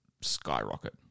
skyrocket